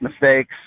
mistakes